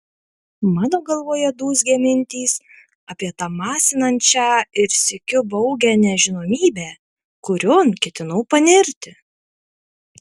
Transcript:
mano galvoje dūzgė mintys apie tą masinančią ir sykiu baugią nežinomybę kurion ketinau panirti